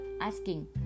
asking